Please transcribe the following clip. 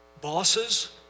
bosses